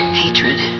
hatred